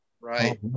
right